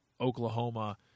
Oklahoma